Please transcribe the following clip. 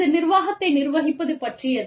இது நிர்வாகத்தை நிர்வகிப்பது பற்றியது